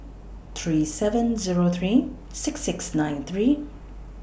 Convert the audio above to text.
three seven Zero three six six nine three